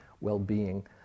well-being